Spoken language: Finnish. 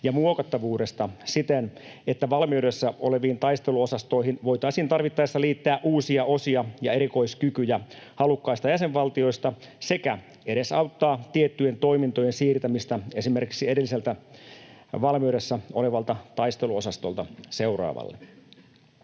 ja muokattavuudesta siten, että valmiudessa oleviin taisteluosastoihin voitaisiin tarvittaessa liittää uusia osia ja erikoiskykyjä halukkaista jäsenvaltioista sekä edesauttaa tiettyjen toimintojen siirtämistä esimerkiksi edelliseltä valmiudessa olevalta taisteluosastolta seuraavalle.